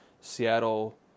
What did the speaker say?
Seattle